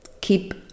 keep